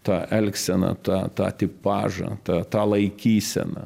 tą elgseną tą tą tipažą tą tą laikyseną